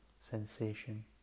sensation